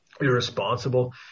irresponsible